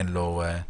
אין לו פרנסה,